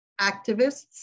activists